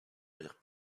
perd